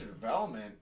development